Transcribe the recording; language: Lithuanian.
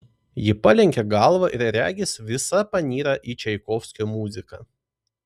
ji palenkia galvą ir regis visa panyra į čaikovskio muziką